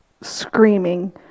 screaming